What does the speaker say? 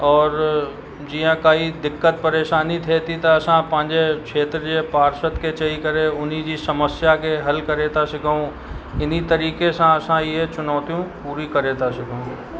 और जीअं काई दिक़त परेशानी थिए थी त असां पंहिंजे खेत्र जे पार्षद खे चई करे हुनजी समस्या खे हल करे था सघूं इन्ही तरीक़े सां असां इहे चुनौतियूं पूरी करे था सघूं